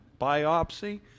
Biopsy